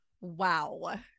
wow